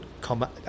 come